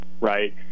Right